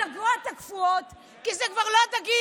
אבל במחלקת הדגות הקפואות, כי זה כבר לא דגים,